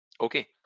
okay